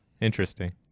Interesting